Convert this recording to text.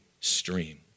stream